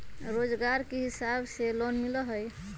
रोजगार के हिसाब से लोन मिलहई?